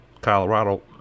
Colorado